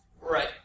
Right